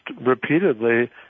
repeatedly